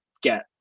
get